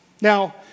Now